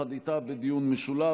ביחד איתה בדיון משולב.